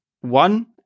one